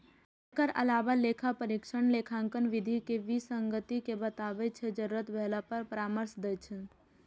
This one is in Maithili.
एकर अलावे लेखा परीक्षक लेखांकन विधि मे विसंगति कें बताबै छै, जरूरत भेला पर परामर्श दै छै